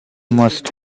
must